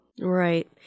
Right